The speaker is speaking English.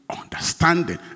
understanding